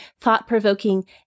thought-provoking